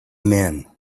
men